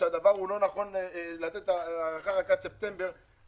שלא נכון לתת הארכה רק עד ספטמבר,